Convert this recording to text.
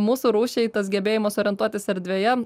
mūsų rūšiai tas gebėjimas orientuotis erdvėje